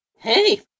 Hey